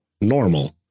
normal